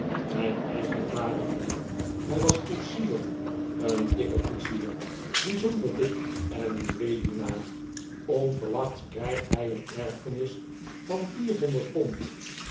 mijn eigen vader mijnheer hij was koetsier een dikke koetsier bijzonder dik en weduwnaar onver wachts krijgt hij een erfenis van vier honderd pond